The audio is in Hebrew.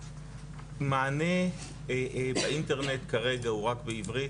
המענה באינטרנט כרגע הוא רק בעברית,